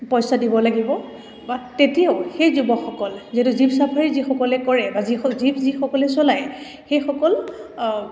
পইচা দিব লাগিব বা তেতিয়াও সেই যুৱকসকল যিহেতু জীপ চাফাৰী যিসকলে কৰে বা যিসকলে জীপ যিসকলে চলায় সেইসকল